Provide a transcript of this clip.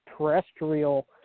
Terrestrial